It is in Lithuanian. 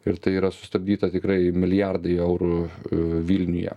ir tai yra sustabdyta tikrai milijardai eurų vilniuje